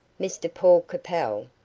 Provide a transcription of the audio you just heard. mr paul capel,